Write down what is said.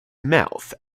mouth